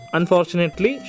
Unfortunately